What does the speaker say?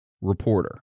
Reporter